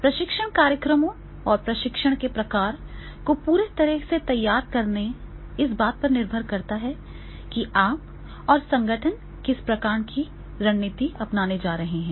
प्रशिक्षण कार्यक्रमों और प्रशिक्षण के प्रकार को पूरी तरह से तैयार करना इस बात पर निर्भर करता है कि आप और संगठन किस प्रकार की रणनीति अपनाने जा रहे हैं